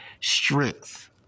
strength